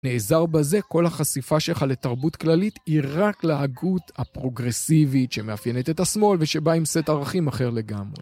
נעזר בזה כל החשיפה שלך לתרבות כללית היא רק להגות הפרוגרסיבית שמאפיינת את השמאל ושבאה עם סט ערכים אחר לגמרי.